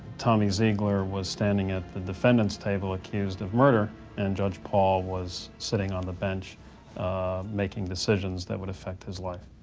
tommy zeigler was standing at the defendant's table accused of murder and judge paul was sitting on the bench making decisions that would affect his life.